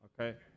okay